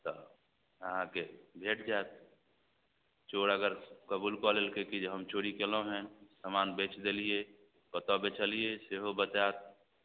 तऽ अहाँकेँ भेटि जाएत चोर अगर कबूल कऽ लेलकै कि जे हम चोरी कएलहुँ हँ समान बेचि देलिए कतऽ बेचलिए सेहो बताएत